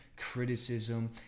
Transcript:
criticism